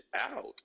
out